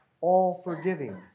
all-forgiving